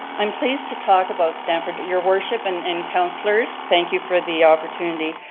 i'm pleased to talk about stamford, your worship and and councillors, thank you for the opportunity.